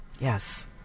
Yes